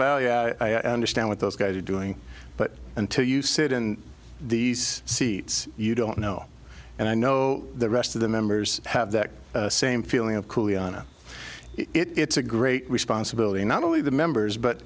well yeah i understand what those guys are doing but until you sit in these seats you don't know and i know the rest of the members have that same feeling of cool iana it's a great responsibility not only the members but